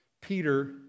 Peter